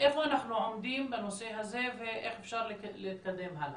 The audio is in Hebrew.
איפה אנחנו עומדים בנושא הזה ואיך אפשר להתקדם הלאה?